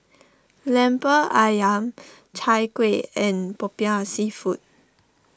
Lemper Ayam Chai Kuih and Popiah Seafood